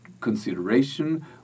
consideration